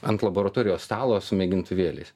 ant laboratorijos stalo su mėgintuvėliais